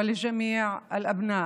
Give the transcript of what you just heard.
ולכל הבנים,